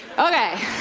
okay.